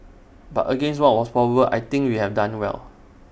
but against what was probable I think we have done well